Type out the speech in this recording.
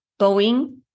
Boeing